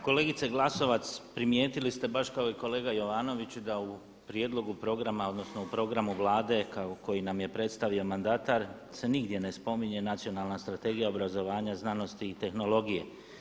Kolegice Glasovac, primijetili ste baš kao i kolega Jovanović da u prijedlogu programa odnosno u programu Vlade koji nam je predstavio mandatar se nigdje ne spominje Nacionalna strategija obrazovanja, znanosti i tehnologije.